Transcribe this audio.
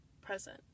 present